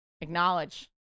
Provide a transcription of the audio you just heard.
acknowledge